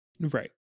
Right